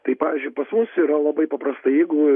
tai pavyzdžiui pas mus yra labai paprasta jeigu